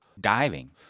diving